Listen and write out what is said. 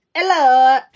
Hello